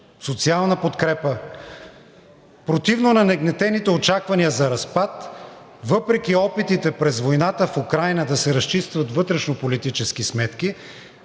социална подкрепа. Противно на нагнетените очаквания за разпад, въпреки опитите през войната в Украйна да се разчистват вътрешнополитически сметки,